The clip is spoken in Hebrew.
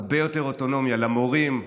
הרבה יותר אוטונומיה למורים,